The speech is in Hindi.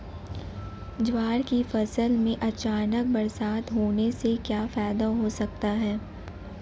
ज्वार की फसल में अचानक बरसात होने से क्या फायदा हो सकता है?